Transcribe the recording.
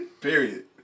Period